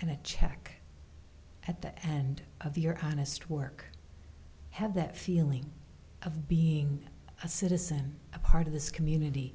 and a check at the end of your honest work have that feeling of being a citizen a part of this community